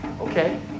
Okay